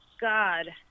God